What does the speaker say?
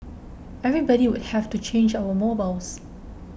everybody would have to change our mobiles